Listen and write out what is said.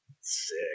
Sick